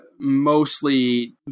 mostly